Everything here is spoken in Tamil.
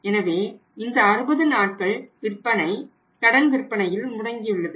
எனவே இந்த 60 நாட்கள் விற்பனை கடன் விற்பனையில் முடங்கியுள்ளது